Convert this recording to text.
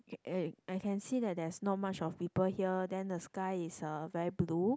okay I can see that there's not much of people here then the sky is uh very blue